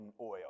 oil